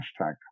hashtag